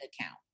account